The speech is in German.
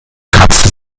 kratzte